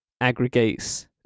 aggregates